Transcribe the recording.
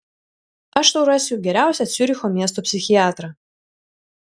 aš tau rasiu geriausią ciuricho miesto psichiatrą